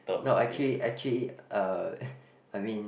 no actually actually uh I mean